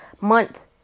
month